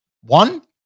One